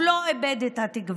אבל הוא לא איבד את התקווה,